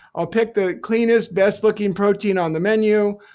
i'll pick the cleanest, best-looking protein on the menu.